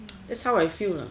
that's how I feel know